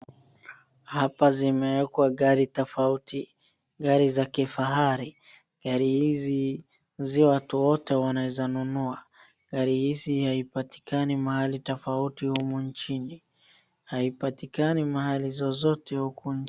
Hapa zimeekwa gari tofauti, gari za kifahari. Gari hizi si watu wote wanaeza zinunua. Gari hizi haipatikani mahali tofauti humu nchini. Haipatikani mahali zozote huku nchini.